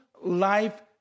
life